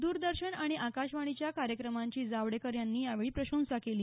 द्रदर्शन आणि आकाशवाणीच्या कार्यक्रमांची जावडेकर यांनी यावेळी प्रशंसा केली